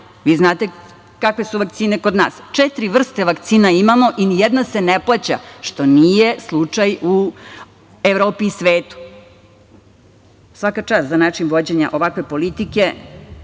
Vi znate kakve su vakcine kod nas. Četiri vrste vakcina imamo i nijedna se ne plaća, što nije slučaj u Evropi i svetu. Svaka čas za način vođenja ovakve politike. Čuli